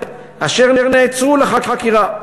אשר נעצרו לחקירה,